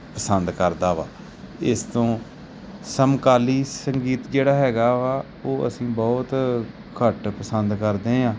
ਪਸੰਦ ਕਰਦਾ ਵਾ ਇਸ ਤੋਂ ਸਮਕਾਲੀ ਸੰਗੀਤ ਜਿਹੜਾ ਹੈਗਾ ਵਾ ਉਹ ਅਸੀਂ ਬਹੁਤ ਘੱਟ ਪਸੰਦ ਕਰਦੇ ਹਾਂ